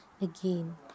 again